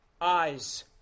eyes